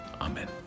Amen